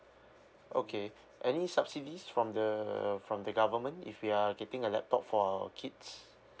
okay any subsidies from the from the government if we are getting a laptop for our kids